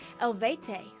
Elvete